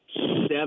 seven